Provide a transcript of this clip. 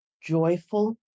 joyful